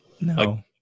no